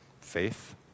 faith